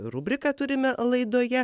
rubriką turime laidoje